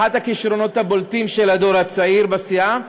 אחד הכישרונות הבולטים של הדור הצעיר בסיעה,